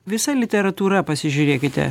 visa literatūra pasižiūrėkite